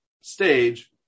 stage